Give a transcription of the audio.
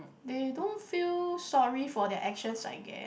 they don't feel sorry for their actions I guess